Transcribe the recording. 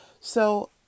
So-